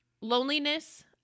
Loneliness